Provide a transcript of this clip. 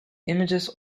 images